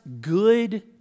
good